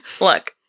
look